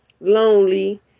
lonely